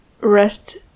rest